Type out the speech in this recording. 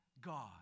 God